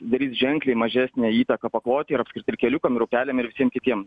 darys ženkliai mažesnę įtaką paklotei ir apskritai ir keliukam ir upeliam ir visiem kitiem